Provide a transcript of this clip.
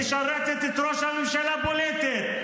משרתת את ראש הממשלה פוליטית,